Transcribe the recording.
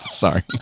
sorry